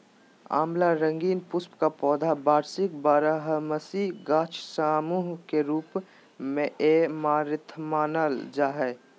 आँवला रंगीन पुष्प का पौधा वार्षिक बारहमासी गाछ सामूह के रूप मेऐमारैंथमानल जा हइ